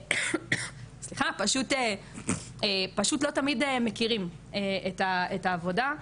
פשוט לא תמיד מכירים את העבודה,